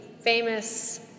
famous